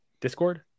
discord